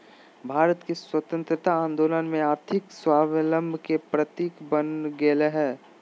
भारत के स्वतंत्रता आंदोलन में आर्थिक स्वाबलंबन के प्रतीक बन गेलय हल